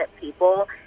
people